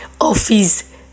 office